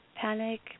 Panic